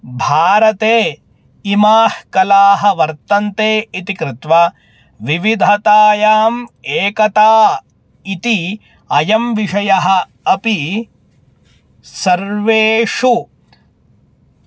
भारते इमाः कलाः वर्तन्ते इति कृत्वा विविधतायाम् एकता इति अयं विषयः अपि सर्वेषु